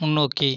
முன்னோக்கி